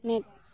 ᱱᱤᱛ